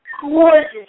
gorgeous